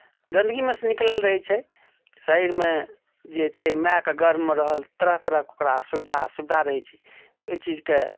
गन्दगीमे सँ निकलल रहैत छै शरीरमे जे छै मायके गर्भमे रहल तरह तरहके ओकरा सुविधा असुविधा रहैत छै तऽ ओहि चीजकेँ